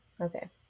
Okay